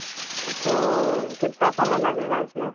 तो कितना समय लगेगा इसमें